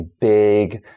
big